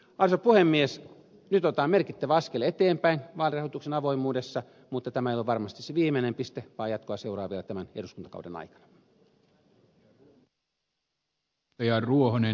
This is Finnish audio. nyt otetaan merkittävä askel eteenpäin vaalirahoituksen avoimuudessa mutta tämä ei ole varmasti se viimeinen piste vaan jatkoa seuraa vielä tämän eduskuntakauden aikana